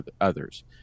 others